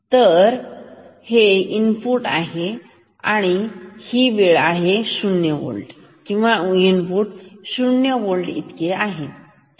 तर हे आहे इनपुट ही आहे वेळ हे आहे शून्य होल्ट किंवा इनपुट शून्य इतके आहे